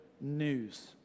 news